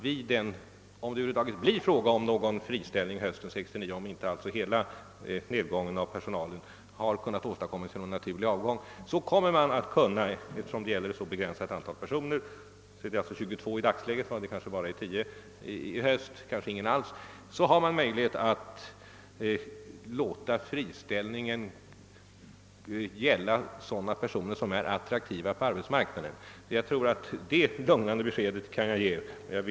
Om det över huvud taget blir fråga om någon friställning under 1969, alltså om inte hela reduceringen av personalen sker genom naturlig avgång, så finns det enligt uppgift från länsarbets nämnden möjlighet att låta friställningen gälla sådana personer som är attraktiva på arbetsmarknaden. Detta är möjligt tack vare att antalet personer som det kan bli fråga om är så litet, i dagsläget 22 man. I höst är det kanske bara 10 eller ingen alls. Det lugnande beskedet kan jag ge i dag.